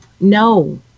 no